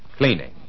Cleaning